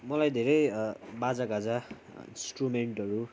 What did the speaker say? मलाई धेरै बाजा गाजा इन्सट्रुमेन्टहरू